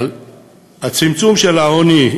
הצמצום של העוני,